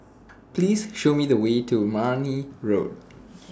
Please Show Me The Way to Marne Road